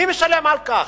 מי משלם על כך?